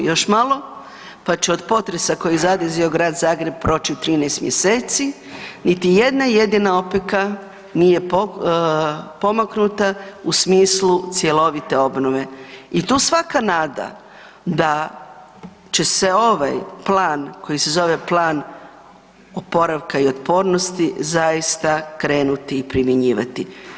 Još malo pa će od potresa koji je zadesio Grad Zagreb proći 13 mjeseci, niti jedna jedina opeka nije pomaknuta u smislu cjelovite obnove i tu svaka nada da će se ovaj plan koji se zove Plan oporavka i otpornosti zaista krenuti i primjenjivati.